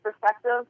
perspective